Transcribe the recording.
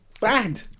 bad